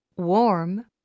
Warm